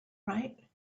right